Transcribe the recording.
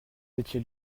étiez